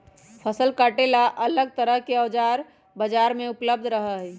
फसल काटे ला अलग तरह के औजार बाजार में उपलब्ध रहा हई